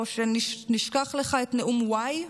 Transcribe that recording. או שנשכח לך את נאום וואי?